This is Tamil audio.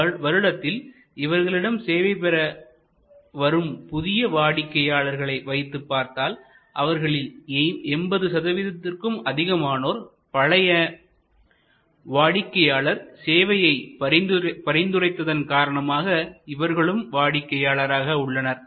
ஒரு வருடத்தில் இவர்களிடம் சேவை பெற வரும் புதிய வாடிக்கையாளர்களை வைத்துப் பார்த்தால் அவர்களில் 80 சதவிகிதத்துக்கும் அதிகமானோர் பழைய வாடிக்கையாளர்கள் சேவையை பரிந்துரைத்தன் காரணமாக இவர்களும் வாடிக்கையாளராக உள்ளனர்